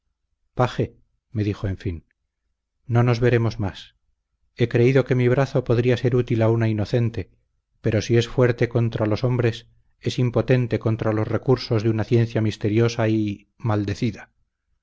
paje me dijo en fin no nos veremos más he creído que mi brazo podía ser útil a una inocente pero si es fuerte contra los hombres es impotente contra los recursos de una ciencia misteriosa y maldecida